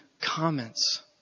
comments